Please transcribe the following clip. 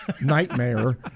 nightmare